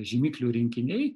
žymiklių rinkiniai